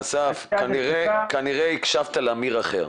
אסף, כנראה הקשבת לאמיר אחר.